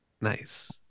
Nice